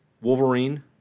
Wolverine